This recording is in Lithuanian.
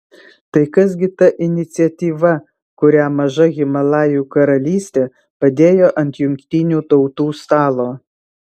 tai kas gi ta iniciatyva kurią maža himalajų karalystė padėjo ant jungtinių tautų stalo